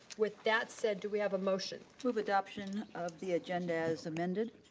with that said, do we have a motion? move adoption of the agenda as amended.